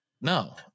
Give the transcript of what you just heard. No